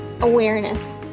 awareness